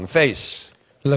face